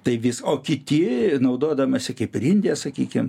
tai vis o kiti naudodamasi kaip ir indija sakykim